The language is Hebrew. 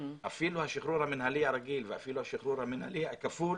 אפילו השחרור המינהלי הרגיל ואפילו השחרור המינהלי הכפול